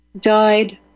died